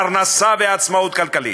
פרנסה ועצמאות כלכלית.